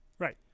Right